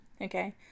okay